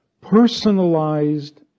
personalized